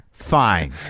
Fine